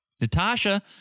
Natasha